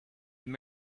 have